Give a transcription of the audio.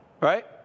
Right